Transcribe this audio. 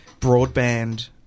broadband